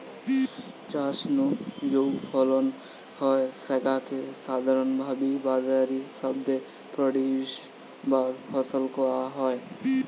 চাষ নু যৌ ফলন হয় স্যাগা কে সাধারণভাবি বাজারি শব্দে প্রোডিউস বা ফসল কয়া হয়